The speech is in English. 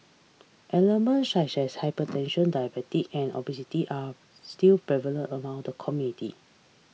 ailments such as hypertension diabetes and obesity are still prevalent among the community